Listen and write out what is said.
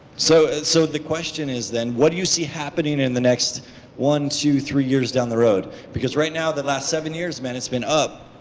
so so the question is then what you see happening in the next one, two, three years down the road? because right now the last seven years man it's been up.